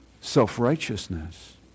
self-righteousness